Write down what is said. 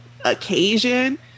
occasion